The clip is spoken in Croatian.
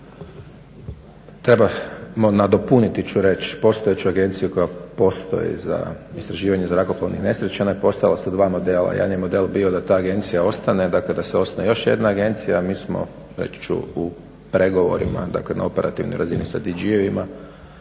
trebamo nadopuniti ću reći postojeću agenciju koja postoji za istraživanje zrakoplovnih nesreća. Ona je postojala sa dva modela. Jedan je model bio da ta agencija ostane, dakle da se osnuje još jedna agencija a mi smo već u pregovorima, dakle na operativnoj razini sa DG-ovima